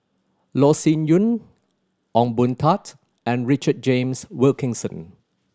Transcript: Loh Sin Yun Ong Boon Tat and Richard James Wilkinson